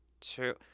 two